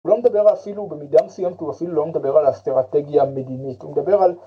‫הוא לא מדבר אפילו, במידה מסוימת ‫הוא אפילו לא מדבר על אסטרטגיה מדינית, ‫הוא מדבר על...